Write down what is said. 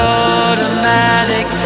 automatic